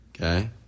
Okay